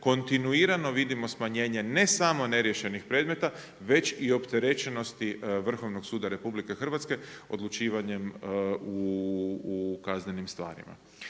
kontinuirano vidimo smanjenje ne samo neriješenih predmeta već i opterećenosti Vrhovnog suda RH odlučivanjem u kaznenim stvarima.